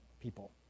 people